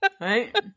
Right